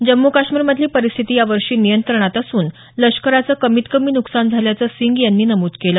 जम्मू काश्मीर मधली परिस्थिती यावर्षी नियंत्रणात असून लष्कराचं कमीत कमी नुकसान झाल्याचं सिंग यांनी नमूद केलं